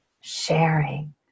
Sharing